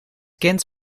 kind